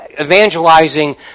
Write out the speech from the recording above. evangelizing